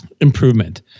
improvement